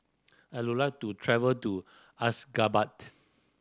I would like to travel to Ashgabat